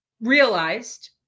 realized